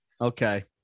Okay